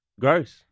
gross